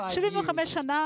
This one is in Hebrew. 75 שנים